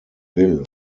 will